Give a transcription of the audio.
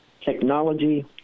technology